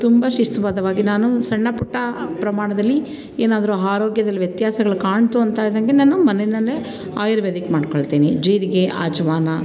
ತುಂಬ ಶಿಸ್ತುಬದ್ಧವಾಗಿ ನಾನು ಸಣ್ಣ ಪುಟ್ಟ ಪ್ರಮಾಣದಲ್ಲಿ ಏನಾದರೂ ಆರೋಗ್ಯದಲ್ಲಿ ವ್ಯತ್ಯಾಸಗಳು ಕಾಣ್ತು ಅಂತಾದಂತೆ ನಾನು ಮನೆಯಲ್ಲೇ ಆಯುರ್ವೇದಿಕ್ ಮಾಡ್ಕೊಳ್ತೀನಿ ಜೀರಿಗೆ ಅಜುವಾನ